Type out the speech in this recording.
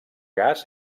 gas